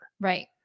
right